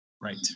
Right